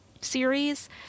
series